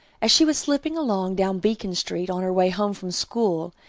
as she was slipping along down beacon street, on her way home from school,